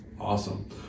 Awesome